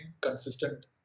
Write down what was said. consistent